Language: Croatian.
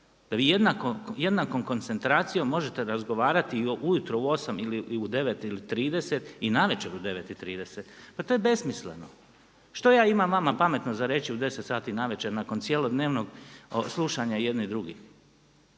Da vi jednakom koncentracijom možete razgovarati ujutro u 8 ili u 9,30 i navečer u 9,30? Pa to je besmisleno. Što ja imam vama pametno za reći u 10 sati navečer nakon cjelodnevnog slušanja jedni drugih?